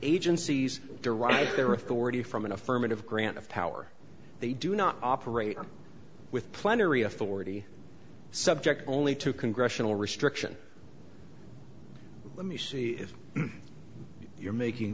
agencies derive their authority from an affirmative grant of power they do not operate with plenary authority subject only to congressional restriction let me see if you're making